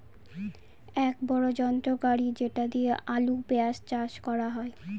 এক বড়ো যন্ত্র গাড়ি যেটা দিয়ে আলু, পেঁয়াজ চাষ করা হয়